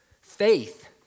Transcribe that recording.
Faith